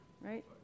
right